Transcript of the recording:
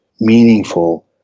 meaningful